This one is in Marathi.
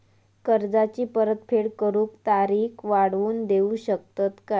कर्जाची परत फेड करूक तारीख वाढवून देऊ शकतत काय?